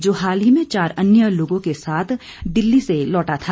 जो हाल ही में चार अन्य लोगों के साथ दिल्ली से लौटा था